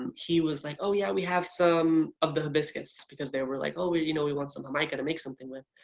he was like oh yeah, we have some of the hibiscus, because they were like, oh you know we want some jamaica to make something with.